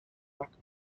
fact